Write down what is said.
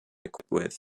equipped